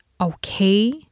okay